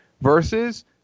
versus